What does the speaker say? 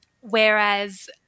Whereas